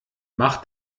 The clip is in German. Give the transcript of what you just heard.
mach